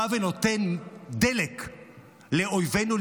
בא ונותן דלק לאויבינו,